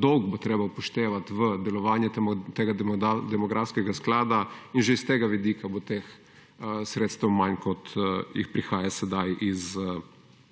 dolg bo treba upoštevati v delovanje tega demografskega sklada in že s tega vidika bo teh sredstev manj kot jih prihaja sedaj iz